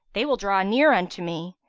they will draw near unto me.